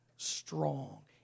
Strong